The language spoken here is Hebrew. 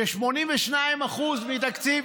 ש-82% מתקציב,